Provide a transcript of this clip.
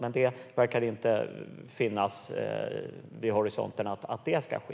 Men det verkar inte finnas vid horisonten att det ska ske.